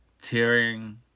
tearing